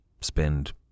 spend